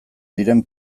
diren